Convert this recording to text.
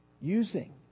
Using